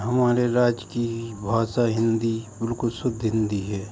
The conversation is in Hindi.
हमारे राज्य की भाषा हिन्दी बिल्कुल शुद्ध हिन्दी है